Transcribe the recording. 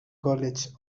college